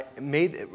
made